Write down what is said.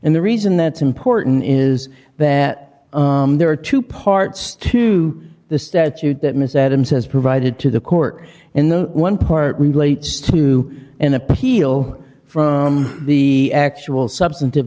and the reason that's important is that there are two parts to the statute that ms adams has provided to the court in the one part relates to an appeal from the actual substantive